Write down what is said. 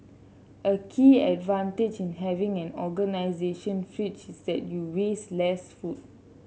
a key advantage in having an organization fridge is that you waste less food